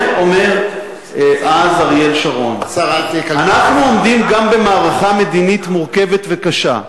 אומר אז אריאל שרון: "אנחנו עומדים גם במערכה מדינית מורכבת וקשה.